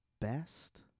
best